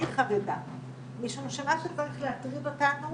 אני חרדה משום שמה שצריך להטריד אותנו